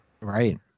Right